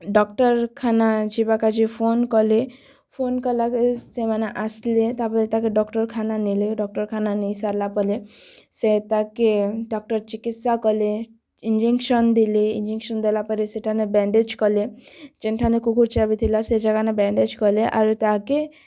ଡ଼ାକ୍ତର୍ଖାନା ଯିବା କା'ଯେ ଫୋନ୍ କଲେ ଫୋନ୍ କଲାକେ ସେମାନେ ଆସଲେ ତାପ୍ରେ ତା'କେ ଡ଼ାକ୍ତର୍ଖାନା ନେଲେ ଡ଼ାକ୍ତର୍ଖାନା ନେଇ ସାର୍ଲା ପରେ ସେ ତାକେ ଡ଼କ୍ଟର୍ ଚିକିତ୍ସା କଲେ ଇଞ୍ଜେକସନ୍ ଦେଲେ ଇଞ୍ଜେକସନ୍ ଦେଲା ପରେ ସେଠାନେ ବ୍ୟାଣ୍ଡେଜ୍ କଲେ ଯେନ୍ଠାନେ କୁକୁର୍ ଚାବିଥିଲା ସେ ଜାଗାନେ ବ୍ୟାଣ୍ଡେଜ୍ କଲେ ଆର୍ ତାହାକେ